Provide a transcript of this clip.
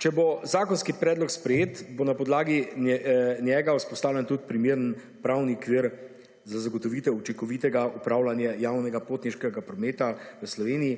Če bo zakonski predlog sprejet bo na podlagi njega vzpostavljen tudi primeren pravni okvir za zagotovitev učinkovitega upravljanja javnega potniškega prometa v Sloveniji.